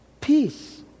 Peace